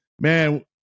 man